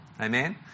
Amen